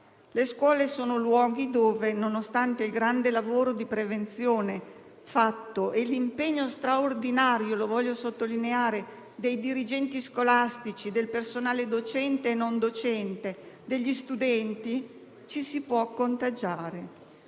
Le scuole sono luoghi in cui, nonostante il grande lavoro di prevenzione fatto e l'impegno straordinario - che voglio sottolineare - dei dirigenti scolastici, del personale docente e non e degli studenti, ci si può contagiare.